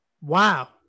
Wow